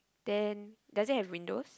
then does it have windows